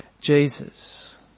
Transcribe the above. Jesus